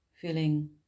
feeling